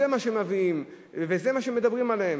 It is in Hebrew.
זה מה שמביאים וזה מה שמדברים עליו.